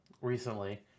recently